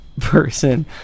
person